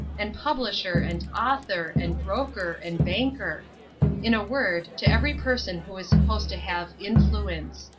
and publisher, and author, and broker, and banker in a word, to every person who is supposed to have influence.